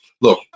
look